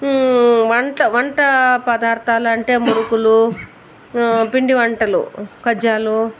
వంట వంట పదార్థాలు అంటే మురుకులు పిండి వంటలు ఖజాలు